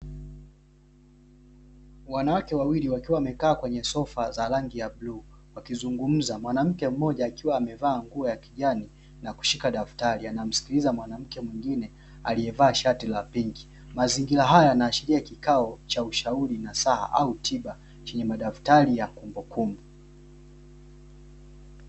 Wanawake wawili wakiwa wamekaa kwenye sofa za rangi ya bluu wakizungumza. Mwanamke mmoja akiwa amevaa nguo ya kijani na kushika daftari anamsikiliza mwanamke mwingine aliyevaa shati la pinki. Mazingira haya yanaashiria kikao cha ushauri nasaa au tiba chenje madaftari ya kumbukumbu.